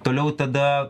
toliau tada